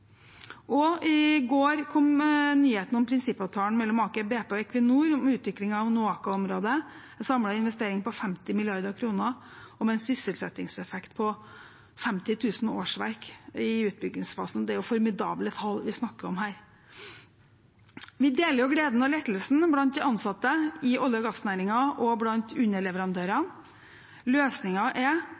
I går kom også nyheten om prinsippavtalen mellom Aker BP og Equinor om utviklingen av NOAKA-området, en samlet investering på 50 mrd. kr og med en sysselsettingseffekt på 50 000 årsverk i utviklingsfasen. Det er formidable tall vi snakker om her. Vi deler gleden og lettelsen blant de ansatte i olje- og gassnæringen og blant underleverandørene. Løsningen er